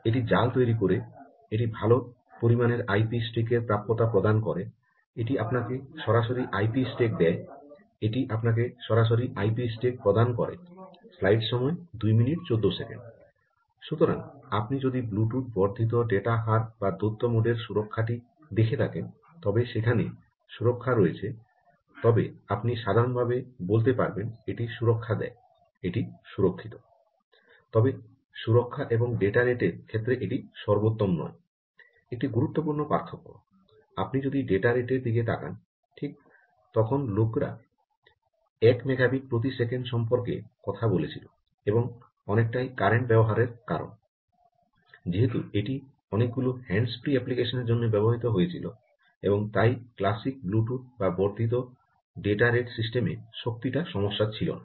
এটি জাল তৈরি করে এটি ভাল পরিমাণের আইপি স্ট্যাকের প্রাপ্যতা প্রদান করে এটি আপনাকে সরাসরি আইপি স্ট্যাক দেয় এটি আপনাকে সরাসরি আইপি স্ট্যাক প্রদান করে সমস্যা ছিল না